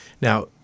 Now